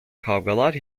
kavgalar